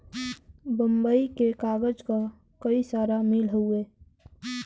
बम्बई में कागज क कई सारा मिल हउवे